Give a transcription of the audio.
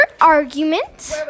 argument